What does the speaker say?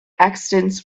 accidents